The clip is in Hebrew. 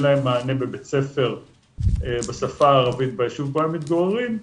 להם מענה בבית ספר בשפה הערבית ביישוב בו הם מתגוררים,